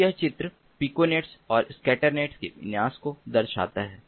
तो यह चित्र पिकोनेट और स्कैटरनेट के विन्यास को दर्शाता है